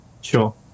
sure